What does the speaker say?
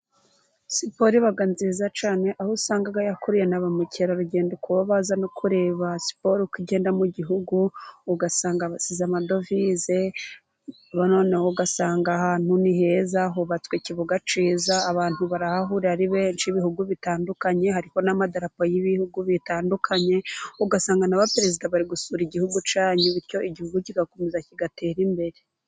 Siporo iba nziza cyane ,aho usanga yakuriye na ba mukerarugendo kuba baza no kureba siporo uko igenda mu gihugu, ugasanga basize amadovize, noneho ugasanga ahantu ni heza hubatswe ikibuga kiza, abantu barahahurira ari benshi, ibihugu bitandukanye harimo n'amadarapo y'ibihugu bitandukanye ,ugasanga n'abaperezida bari gusura igihugu cyanyu, bityo igihugu kigakomeza kigatera imbere.